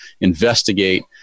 investigate